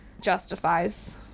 justifies